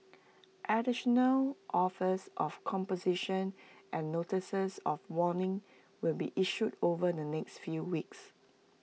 additional offers of composition and notices of warning will be issued over the next few weeks